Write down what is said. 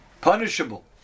punishable